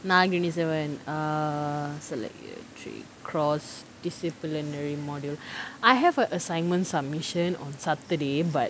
நாளைக்கு:nalaikku twenty seven uh select year three cross-disciplinary module I have a assignment submission on saturday but